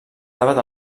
debat